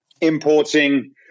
importing